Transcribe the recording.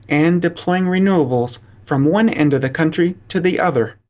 and deploying renewables from one end of the country to the other.